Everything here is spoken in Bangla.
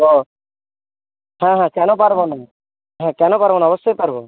ও হ্যাঁ হ্যাঁ কেন পারবো নি হ্যাঁ কেন পারবো না অবশ্যই পারবো